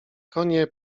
konie